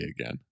again